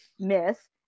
myth